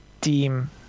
team